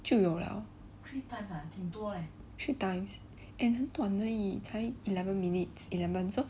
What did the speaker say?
就有 liao and 很短而已才 eleven minutes eleven so